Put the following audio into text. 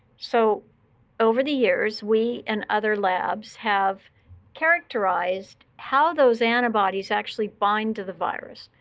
so over the years, we and other labs have characterized how those antibodies actually bind to the virus.